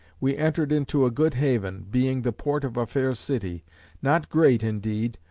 we entered into a good haven, being the port of a fair city not great indeed,